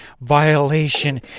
Violation